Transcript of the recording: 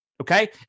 okay